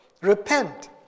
repent